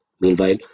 Meanwhile